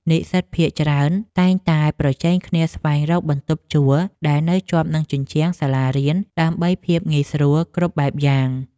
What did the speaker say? និស្សិតភាគច្រើនតែងតែប្រជែងគ្នាស្វែងរកបន្ទប់ជួលដែលនៅជាប់នឹងជញ្ជាំងសាលារៀន ដើម្បីភាពងាយស្រួលគ្រប់បែបយ៉ាង។